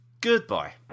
Goodbye